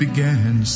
Began